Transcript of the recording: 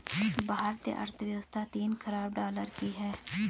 भारतीय अर्थव्यवस्था तीन ख़रब डॉलर की है